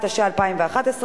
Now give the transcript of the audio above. התשע"א 2011,